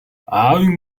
аавын